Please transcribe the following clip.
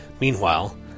Meanwhile